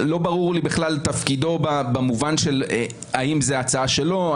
לא ברור לי בכלל תפקידו במובן של האם זאת הצעה שלו או